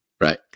right